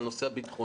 על הנושא הביטחוני,